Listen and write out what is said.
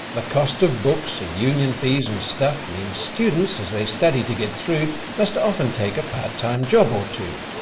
the cost of books and union fees and stuff means students, as they study to get through must often take a part-time job or two.